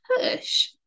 push